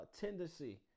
tendency